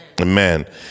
amen